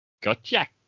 Gotcha